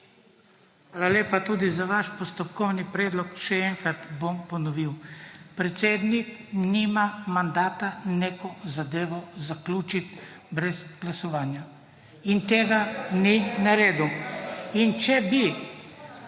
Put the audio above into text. Hvala lepa. Tudi za vaš postopkovni predlog še enkrat bom ponovil. Predsednik nima mandata neko zadevo zaključit brez glasovanja. In tega ni naredil. /